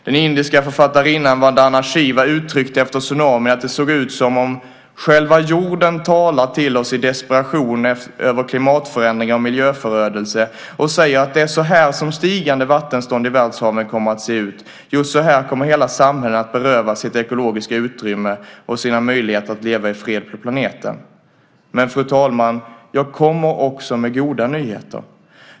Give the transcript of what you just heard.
Den indiska författarinnan Vandana Shiva uttryckte efter tsunamin att det såg ut som om "själva jorden talar till oss i desperation över klimatförändringar och miljöförödelse och säger att det är så här som stigande vattenstånd i världshaven kommer att se ut, just så här kommer hela samhällen att berövas sitt ekologiska utrymme och sina möjligheter att leva i fred på planeten". Men, fru talman, jag kommer också med goda nyheter.